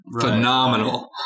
phenomenal